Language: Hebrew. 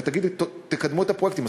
ותגידי: תקדמו את הפרויקטים.